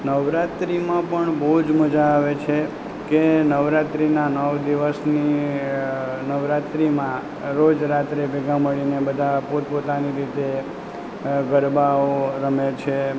નવરાત્રિમાં પણ બહુ જ મજા આવે છે કે નવરાત્રિના નવ દિવસની નવરાત્રીમાં રોજ રાત્રે ભેગા મળીને બધાં પોત પોતાની રીતે ગરબાઓ રમે છે